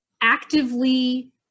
Actively